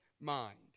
mind